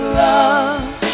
love